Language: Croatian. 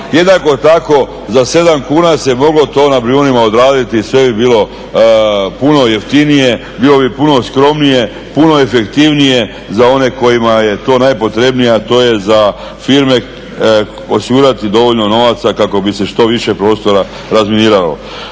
jednako tako za 7 kuna se moglo to na Brijunima odraditi sve bi bilo puno jeftinije, bilo bi puno skromnije, puno efektivnije za one kojima je to najpotrebnije, a to je za firme osigurati dovoljno novaca kako bi se što više prostora razminiralo.